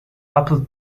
apple